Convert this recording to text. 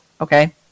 okay